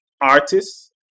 artists